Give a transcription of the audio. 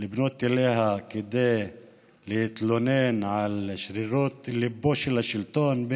לפנות כדי להתלונן על שרירות ליבו של השלטון,